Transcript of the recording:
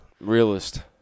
Realist